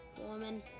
Woman